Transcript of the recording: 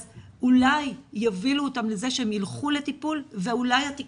אז אולי יובילו אותם לזה שהם ילכו לטיפול ואולי התיק